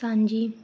ਸਾਂਝੀ